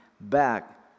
back